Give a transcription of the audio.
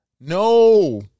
No